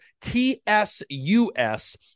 TSUS